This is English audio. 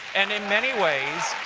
and in many ways,